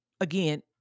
again